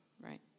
right